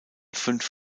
fünf